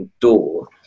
door